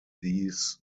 these